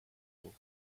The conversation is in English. old